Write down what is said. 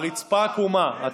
הרצפה עקומה.